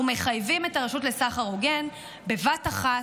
אנחנו מחייבים את הרשות לסחר הוגן, בבת אחת,